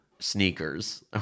sneakers